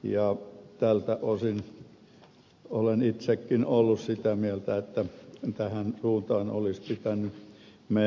tältä osin olen itsekin ollut sitä mieltä että tähän suuntaan olisi pitänyt mennä